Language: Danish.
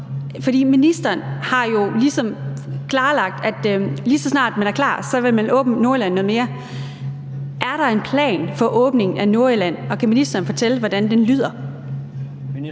Ministeren har jo ligesom klarlagt, at lige så snart man er klar, vil man åbne Nordjylland noget mere, så er der en plan for åbning af Nordjylland, og kan ministeren fortælle, hvordan den lyder?